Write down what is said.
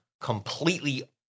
completely